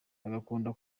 bagakunda